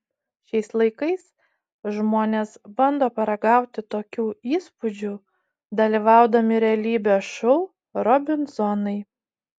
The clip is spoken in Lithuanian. šiais laikais žmonės bando paragauti tokių įspūdžių dalyvaudami realybės šou robinzonai